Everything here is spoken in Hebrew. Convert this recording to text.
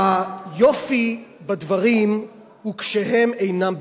היופי בדברים הוא כשהם אינם בכפייה.